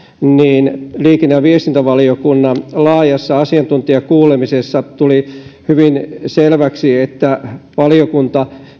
niin liikenne ja viestintävaliokunnan laajassa asiantuntijakuulemisessa tuli hyvin selväksi että valiokunta